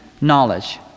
knowledge